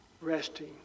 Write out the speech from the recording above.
resting